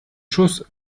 schuss